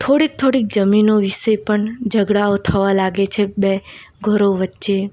થોડીક થોડીક જમીનો વિષે પણ ઝઘડાઓ થવા લાગે છે બે ઘરો વચ્ચે